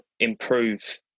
improve